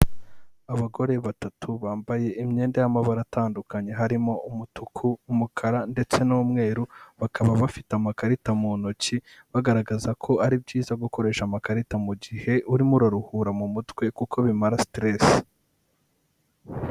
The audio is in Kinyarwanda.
Abagore batatu bambaye imyenda y'amabara atandukanye, harimo umutuku, umukara ndetse n'umweru, bakaba bafite amakarita mu ntoki, bagaragaza ko ari byiza gukoresha amakarita mu gihe urimo uraruhura mu mutwe kuko bimara siteresi.